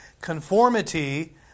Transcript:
conformity